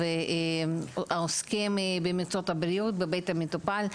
והעוסקים במקצועות הבריאות בבית המטופל.